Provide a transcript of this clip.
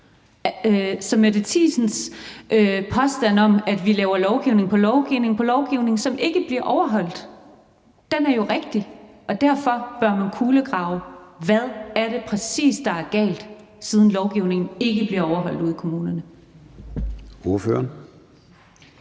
Så Mette Thiesens påstand om, at vi laver lovgivning på lovgivning, som ikke bliver overholdt, er jo rigtig, og derfor bør man kulegrave, hvad det præcis er, der er galt, siden lovgivningen ikke bliver overholdt ude i kommunerne.